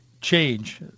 change